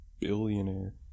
billionaire